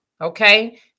okay